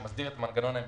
שמסדיר את המנגנון ההמשכי,